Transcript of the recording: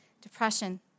depression